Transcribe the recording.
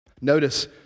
Notice